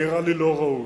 נראה לי לא ראוי.